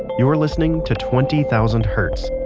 you're listening to twenty thousand hertz.